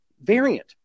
variant